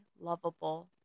lovable